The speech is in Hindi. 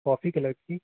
कॉफी कलर की